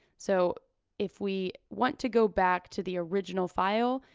so if we want to go back to the original file,